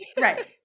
Right